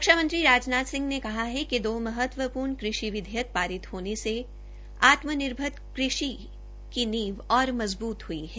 रक्षा मंत्री राजनाथ सिंह ने कहा है कि दो महत्वपूर्ण कृषि विधेयक पारित होने से आत्मनिर्भर कृषि की नींव और मजबूत हुई है